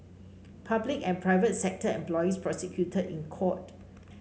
public and private sector employees prosecuted in court